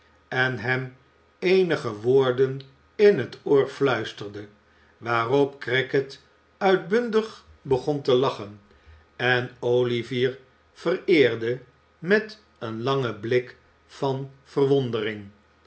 en hem eenige woorden in het oor fluisterde waarop crackit uitbundig begon te lachen en olivier vereerde met een langen blik van verwondering